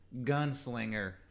Gunslinger